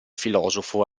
filosofo